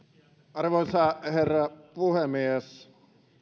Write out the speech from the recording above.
arvoisa herra puhemies